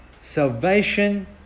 salvation